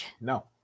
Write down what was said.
No